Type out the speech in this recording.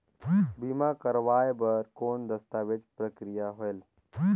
बीमा करवाय बार कौन दस्तावेज प्रक्रिया होएल?